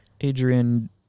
Adrian